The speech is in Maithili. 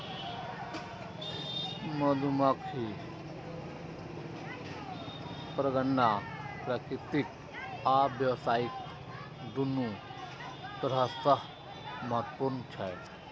मधुमाछी परागण प्राकृतिक आ व्यावसायिक, दुनू तरह सं महत्वपूर्ण छै